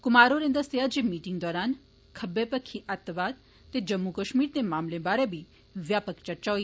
कुमार होरें दस्सेआ जे मीटिंग दौरान खब्बे पक्खी अत्तवाद ते जम्मू कश्मीर दे मामले बारै बी व्यापक चर्चा होई